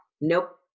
Nope